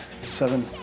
seven